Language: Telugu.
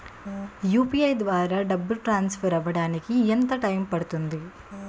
యు.పి.ఐ ద్వారా డబ్బు ట్రాన్సఫర్ అవ్వడానికి ఎంత టైం పడుతుంది?